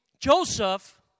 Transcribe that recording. Joseph